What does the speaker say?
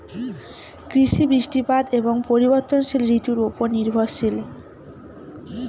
কৃষি বৃষ্টিপাত এবং পরিবর্তনশীল ঋতুর উপর নির্ভরশীল